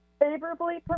favorably